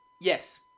Yes